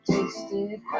Tasted